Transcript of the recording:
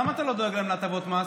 למה אתה לא דואג להם להטבות מס?